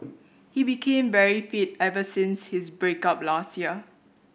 he became very fit ever since his break up last year